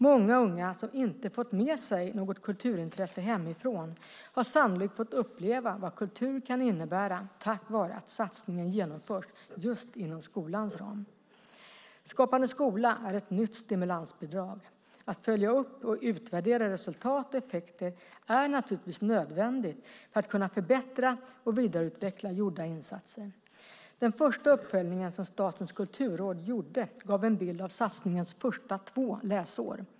Många unga som inte har fått med sig något kulturintresse hemifrån har sannolikt fått uppleva vad kultur kan innebära tack vare att satsningen genomförs just inom skolans ram. Skapande skola är ett nytt stimulansbidrag. Att följa upp och utvärdera resultat och effekter är naturligtvis nödvändigt för att kunna förbättra och vidareutveckla gjorda insatser. Den första uppföljningen som Statens kulturråd gjorde gav en bild av satsningens första två läsår.